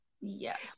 yes